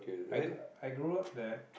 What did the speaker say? I g~ I grew up there